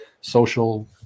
social